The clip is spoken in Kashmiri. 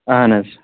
اَہَن حظ